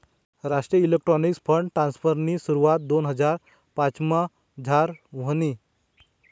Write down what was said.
राष्ट्रीय electronics fund ट्रान्स्फरनी सुरवात दोन हजार पाचमझार व्हयनी